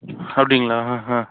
அப்படிங்களா ஆ ஆ